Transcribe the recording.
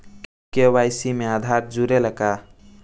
KYC में आधार जुड़े ला का?